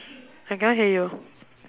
I cannot hear you